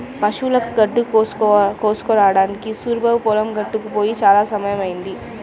పశువులకి గడ్డి కోసుకురావడానికి సూరిబాబు పొలం గట్టుకి పొయ్యి చాలా సేపయ్యింది